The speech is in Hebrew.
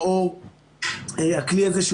לאור הכלי הזה,